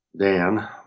Dan